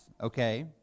okay